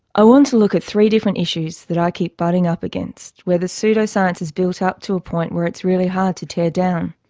i want to look at three different issues that i keep butting up against where the pseudoscience has built up to a point where it's really hard to tear down.